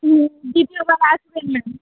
উম দ্বিতীয় বার আসবেন ম্যাম